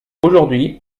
aujourd’hui